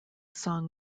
song